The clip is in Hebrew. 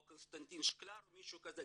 או קונסטנטין שקלאר או מישהו כזה,